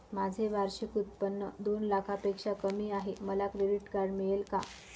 माझे वार्षिक उत्त्पन्न दोन लाखांपेक्षा कमी आहे, मला क्रेडिट कार्ड मिळेल का?